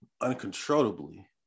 uncontrollably